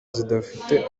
zidafite